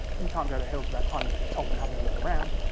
you can't go to hills without climbing to the top and having a look around.